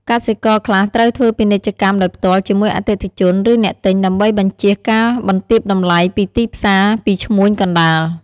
កសិករខ្លះត្រូវធ្វើពាណិជ្ជកម្មដោយផ្ទាល់ជាមួយអតិថិជន ឬអ្នកទិញ ដើម្បីបញ្ជៀសការបន្ទាបតម្លៃពីទីផ្សារពីឈ្មួញកណ្ដាល។